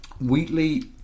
Wheatley